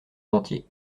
dentier